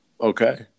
Okay